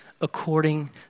according